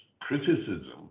criticism